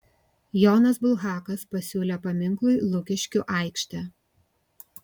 jonas bulhakas pasiūlė paminklui lukiškių aikštę